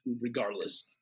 regardless